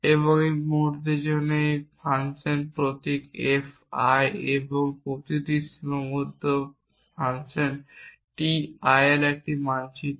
এবং আমরা এক মুহূর্তের মধ্যে একটি ফাংশন প্রতীক f I এবং প্রতিটি সীমাবদ্ধ প্রতীক একটি সীমাবদ্ধ প্রতীক t I এর একটি মানচিত্র